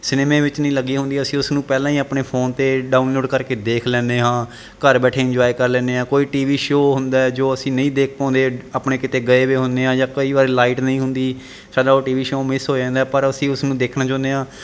ਸਿਨੇਮੇ ਵਿੱਚ ਨਹੀਂ ਲੱਗੀਆਂ ਹੁੰਦੀਆਂ ਅਸੀਂ ਉਸ ਨੂੰ ਪਹਿਲਾਂ ਹੀ ਆਪਣੇ ਫੋਨ 'ਤੇ ਡਾਊਨਲੋਡ ਕਰਕੇ ਦੇਖ ਲੈਂਦੇ ਹਾਂ ਘਰ ਬੈਠੇ ਇੰਜੋਏ ਕਰ ਲੈਂਦੇ ਹਾਂ ਕੋਈ ਟੀ ਵੀ ਸ਼ੋਅ ਹੁੰਦਾ ਜੋ ਅਸੀਂ ਨਹੀਂ ਦੇਖ ਪਾਉਂਦੇ ਆਪਣੇ ਕਿਤੇ ਗਏ ਵੇ ਹੁੰਦੇ ਹਾਂ ਜਾਂ ਕਈ ਵਾਰ ਲਾਈਟ ਨਹੀਂ ਹੁੰਦੀ ਸਾਡਾ ਉਹ ਟੀ ਵੀ ਸ਼ੋਅ ਮਿਸ ਹੋ ਜਾਂਦਾ ਪਰ ਅਸੀਂ ਉਸ ਨੂੰ ਦੇਖਣਾ ਚਾਹੁੰਦੇ ਹਾਂ